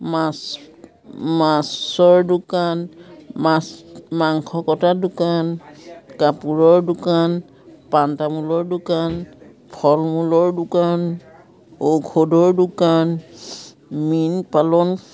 মাছ মাছৰ দোকান মাছ মাংস কটা দোকান কাপোৰৰ দোকান পান তামোলৰ দোকান ফল মূলৰ দোকান ঔষধৰ দোকান মীনপালন